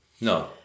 No